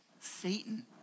Satan